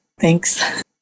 Thanks